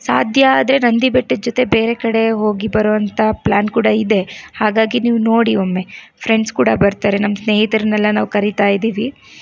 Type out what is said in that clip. ಸಾಧ್ಯ ಆದರೆ ನಂದಿ ಬೆಟ್ಟದ ಜೊತೆ ಬೇರೆ ಕಡೆ ಹೋಗಿ ಬರುವಂತಹ ಪ್ಲ್ಯಾನ್ ಕೂಡ ಇದೆ ಹಾಗಾಗಿ ನೀವು ನೋಡಿ ಒಮ್ಮೆ ಫ್ರೆಂಡ್ಸ್ ಕೂಡ ಬರ್ತಾರೆ ನಮ್ಮ ಸ್ನೇಹಿತರನ್ನೆಲ್ಲ ನಾವು ಕರೀತಾ ಇದ್ದೀವಿ